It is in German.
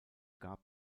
gab